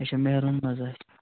اَچھا میروٗن مہ حظ آسہِ